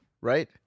right